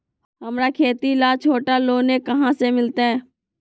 हमरा खेती ला छोटा लोने कहाँ से मिलतै?